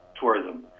tourism